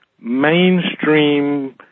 mainstream